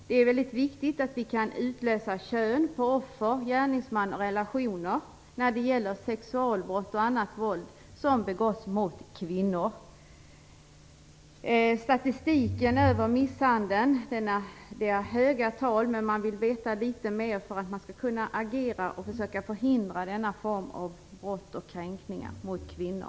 Det är väldigt viktigt att vi kan utläsa kön på offer och gärningsman och relationer när det gäller sexualbrott och annat våld som begåtts mot kvinnor. Statistiken över misshandeln visar höga tal, men vi vill veta litet mer för att man skall kunna agera och försöka förhindra denna form av brott och kränkningar mot kvinnor.